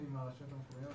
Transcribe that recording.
עם הרשויות המקומיות.